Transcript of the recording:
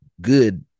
good